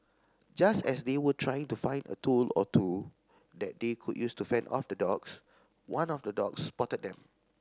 just as they were trying to find a tool or two that they could use to fend off the dogs one of the dogs spotted them